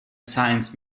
science